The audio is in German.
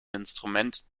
instrument